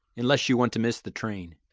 unless you want to miss the train.